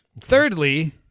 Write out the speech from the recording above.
Thirdly